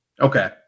Okay